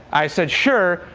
i said sure.